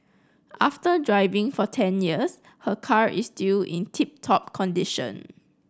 after driving for ten years her car is still in tip top condition